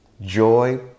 joy